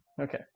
Okay